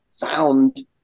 found